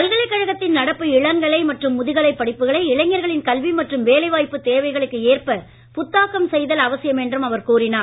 பல்கலைக் கழகத்தின் நடப்பு இளங்கலை மற்றும் முதுகலை படிப்புகளை இளைஞர்களின் கல்வி மற்றும் வேலை வாய்ப்பு தேவைகளுக்கு ஏற்ப புத்தாக்கம் செய்தல் அவசியம் என்றும் அவர் கூறினார்